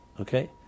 Okay